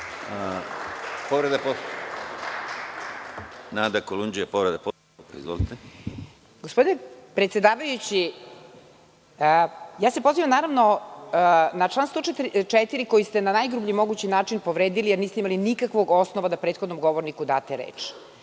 **Nada Kolundžija** Gospodine predsedavajući, ja se pozivam na član 104. koji ste na najgrublji mogući način povredili jer niste imali nikakvog osnova da prethodnom govorniku date